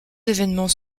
événements